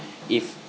if